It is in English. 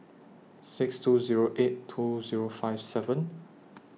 six two Zero eight two Zero five seven